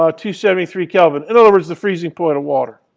ah two seven three kelvin. in other words, the freezing point of water.